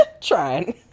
trying